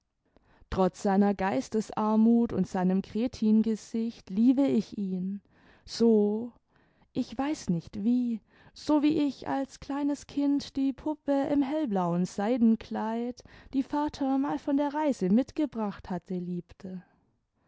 trotz seiner geistesarmut imd seinem kretingesicht liebe ich ihn so ich weiß nicht wie so wie ich s kleines kind die puppe im hellblauen seidenkleid die vater mal von der reise mitgebracht hatte liebte